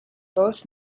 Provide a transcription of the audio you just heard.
both